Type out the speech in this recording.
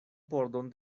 pordon